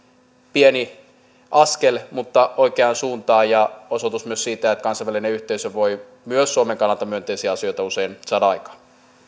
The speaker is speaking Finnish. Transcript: pieni askel mutta oikeaan suuntaan ja osoitus myös siitä että kansainvälinen yhteisö voi myös suomen kannalta myönteisiä asioita usein saada aikaan